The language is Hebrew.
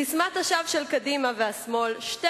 ססמת השווא של קדימה והשמאל "שתי